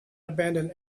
abandoned